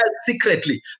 secretly